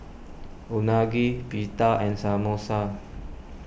Unagi Pita and Samosa